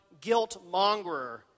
guilt-mongerer